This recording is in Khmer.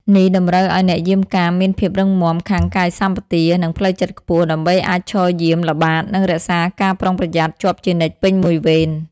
នេះតម្រូវឲ្យអ្នកយាមកាមមានភាពរឹងមាំខាងកាយសម្បទា និងផ្លូវចិត្តខ្ពស់ ដើម្បីអាចឈរយាម ល្បាត និងរក្សាការប្រុងប្រយ័ត្នជាប់ជានិច្ចពេញមួយវេន។